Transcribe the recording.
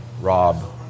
Rob